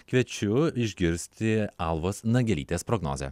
kviečiu išgirsti alvos nagelytės prognozę